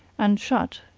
and, shut,